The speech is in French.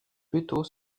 plutôt